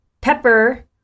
Pepper